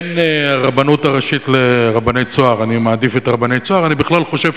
בין הרבנות הראשית לרבני "צהר" אני מעדיף את רבנות "צהר".